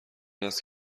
است